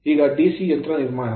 ಈಗ DC ಯಂತ್ರ ನಿರ್ಮಾಣ